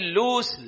lose